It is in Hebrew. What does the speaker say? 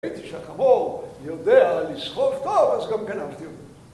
ראיתי שהחמור יודע לסחוב טוב, אז גם גנבתי אותו.